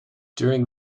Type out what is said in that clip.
during